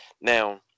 Now